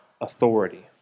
authority